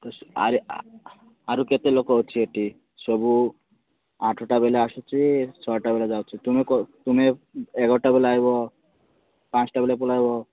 ତ ସେ ଆରେ ଆରୁ କେତେଲୋକ ଅଛି ଏଠି ସବୁ ଆଠଟା ବେଲେ ଆସୁଛି ଛଟା ବେଲେ ଯାଉଛି ତୁମେ କ'ଣ ତୁମେ ଏଗାରଟା ବେଲେ ଆଇବ ପାଞ୍ଚଟାବେଲେ ପଲାଇବ